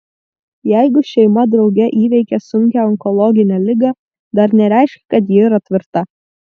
jeigu šeima drauge įveikė sunkią onkologinę ligą dar nereiškia kad ji yra tvirta